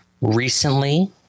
Recently